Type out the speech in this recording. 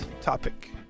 topic